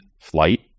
flight